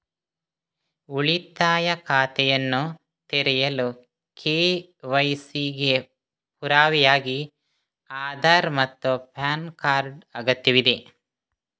ಉಳಿತಾಯ ಖಾತೆಯನ್ನು ತೆರೆಯಲು ಕೆ.ವೈ.ಸಿ ಗೆ ಪುರಾವೆಯಾಗಿ ಆಧಾರ್ ಮತ್ತು ಪ್ಯಾನ್ ಕಾರ್ಡ್ ಅಗತ್ಯವಿದೆ